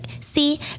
see